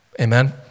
Amen